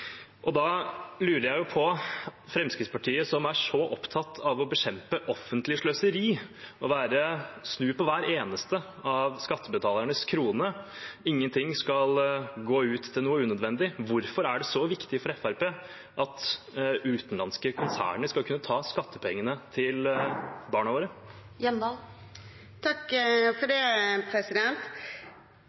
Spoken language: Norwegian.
Da lurer jeg på: Når Fremskrittspartiet er så opptatt av å bekjempe offentlig sløseri – å snu på hver eneste av skattebetalernes krone, ingenting skal gå ut til noe unødvendig – hvorfor er det da så viktig for Fremskrittspartiet at utenlandske konserner skal kunne ta skattepengene til barna våre? Det var nesten et ønskespørsmål fra representanten Øvstegård. Man kan snu det.